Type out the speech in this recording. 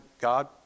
God